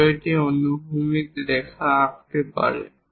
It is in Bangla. কেউ একটি অনুভূমিক রেখা আঁকতে পারে